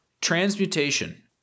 transmutation